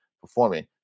performing